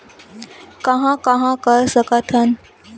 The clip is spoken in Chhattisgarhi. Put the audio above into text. कहां कहां कर सकथन?